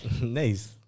Nice